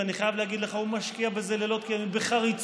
ואני חייב להגיד לך שהוא משקיע בזה לילות כימים בחריצות,